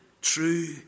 true